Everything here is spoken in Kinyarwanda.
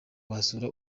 wasura